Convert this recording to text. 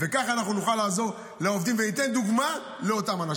ככה אנחנו נוכל לעזור לעובדים וניתן דוגמה לאותם אנשים.